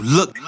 Look